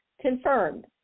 confirmed